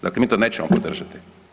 Dakle mi to nećemo podržati.